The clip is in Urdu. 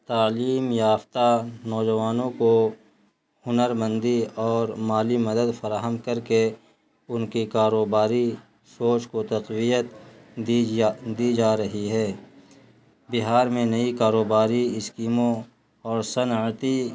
تعلیم یافتہ نوجوانوں کو ہنر مندی اور مالی مدد فراہم کر کے ان کی کاروباری سوچ کو تقویت دی جا دی جا رہی ہے بہار میں نئی کاروباری اسکیموں اور صنعتی